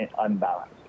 unbalanced